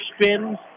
spins